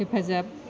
हेफाजाब